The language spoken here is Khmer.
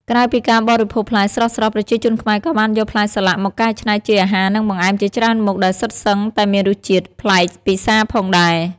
ក្រៅពីការបរិភោគផ្លែស្រស់ៗ ប្រជាជនខ្មែរក៏បានយកផ្លែសាឡាក់មកកែច្នៃជាអាហារ និងបង្អែមជាច្រើនមុខ ដែលសុទ្ធសឹងតែមានរសជាតិប្លែកពិសាផងដែរ។